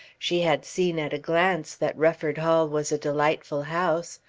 she had seen at a glance that rufford hall was a delightful house.